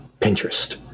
Pinterest